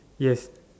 yes